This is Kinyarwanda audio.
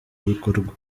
bikorwa